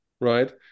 right